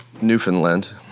Newfoundland